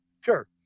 Sure